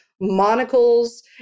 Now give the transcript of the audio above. monocles